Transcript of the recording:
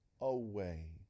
away